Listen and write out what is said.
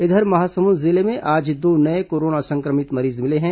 इधर महासमुंद जिले में आज दो नये कोरोना संक्रमित मरीज मिले हैं